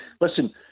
Listen